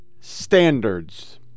standards